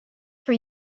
for